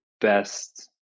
best